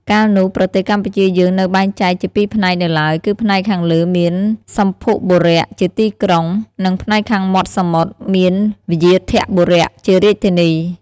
កាលនោះ ប្រទេសកម្ពុជាយើងនៅបែងចែកជាពីរផ្នែកនៅឡើយ គឺផ្នែកខាងលើមានសម្ភុបុរៈជាទីក្រុង និងផ្នែកខាងមាត់សមុទ្រមានវ្យាធបុរៈជារាជធានី។